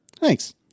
Thanks